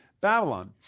Babylon